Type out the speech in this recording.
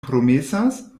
promesas